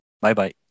Bye-bye